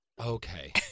Okay